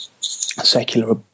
secular